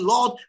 Lord